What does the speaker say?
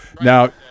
now